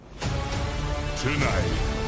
Tonight